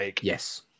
Yes